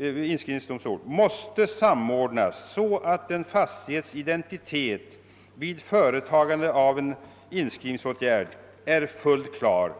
inskrivningsdomstol måste samordnas, så att en fastighets identitet vid företagande av en inskrivningsåtgärd är fullt klar.